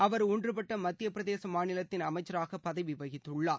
அவர் ஒன்றுபட்ட மத்தியபிரதேச மாநிலத்தின் அமைச்சராக பதவி வகித்துள்ளார்